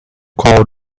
call